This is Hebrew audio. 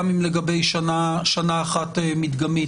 גם אם רק לגבי שנה אחת מדגמית.